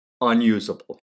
unusable